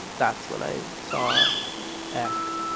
that's when i saw x